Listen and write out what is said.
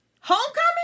Homecoming